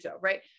right